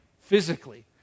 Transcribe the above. physically